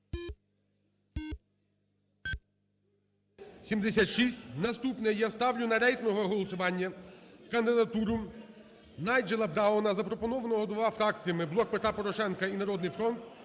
76. Наступне. Я ставлю на рейтингове голосування кандидатуру Найджела Брауна запропонованого двома фракціями "Блок Петра Порошенка" і "Народний фронт",